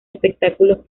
espectáculos